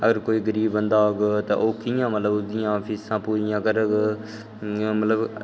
अगर कोई गरीब बंदा होग ते कि'यां मतलब उस दियां फीसां पूरियां करग मतलब